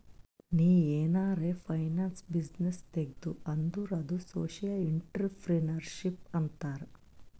ನೀ ಏನಾರೆ finance business ತೆಗ್ದಿ ಅಂದುರ್ ಅದು ಸೋಶಿಯಲ್ ಇಂಟ್ರಪ್ರಿನರ್ಶಿಪ್ ಅಂತಾರ್